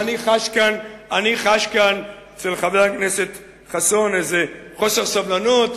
אני חש כאן אצל חבר הכנסת חסון איזה חוסר סבלנות,